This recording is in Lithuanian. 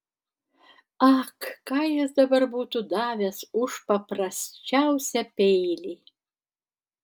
ak ką jis dabar būtų davęs už paprasčiausią peilį